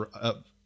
up